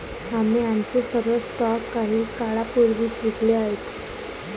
आम्ही आमचे सर्व स्टॉक काही काळापूर्वीच विकले आहेत